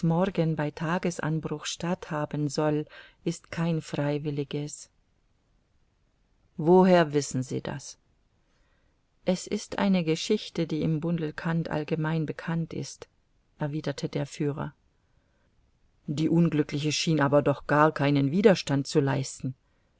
bei tagesanbruch statthaben soll ist kein freiwilliges woher wissen sie das es ist eine geschichte die im bundelkund allgemein bekannt ist erwiderte der führer die unglückliche schien aber doch gar keinen widerstand zu leisten